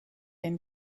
and